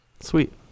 Sweet